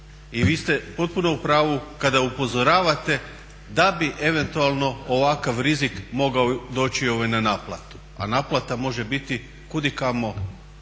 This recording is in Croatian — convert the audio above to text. I vi ste potpuno u pravu kada upozoravate da bi eventualno ovakav rizik mogao doći na naplatu a naplata može biti kudikamo